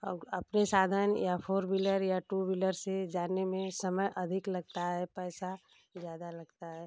और अपने साधन या फोर विलर या टू विलर से जाने में समय अधिक लगता है पैसा ज़्यादा लगता है